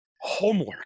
Homework